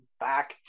back